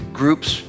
groups